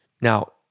Now